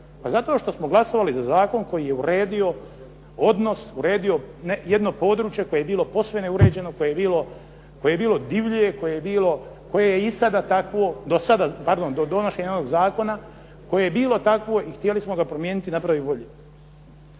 Zato što smo glasovali za Zakon koji je uredio, odnos uredio jedno područje koje je bilo posve neuređeno, koje je do donošenja ovog Zakona bila tako, koje je bilo takvo i htjeli smo ga promijeniti i napraviti boljim.